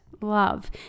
love